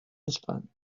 espagne